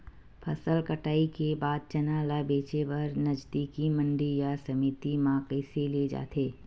फसल कटाई के बाद चना ला बेचे बर नजदीकी मंडी या समिति मा कइसे ले जाथे?